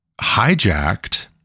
hijacked